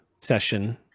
session